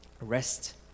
Rest